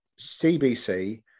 CBC